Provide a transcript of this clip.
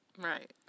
Right